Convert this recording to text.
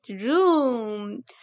room